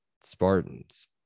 spartans